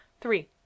three